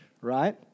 right